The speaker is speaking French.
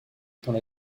étant